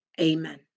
Amen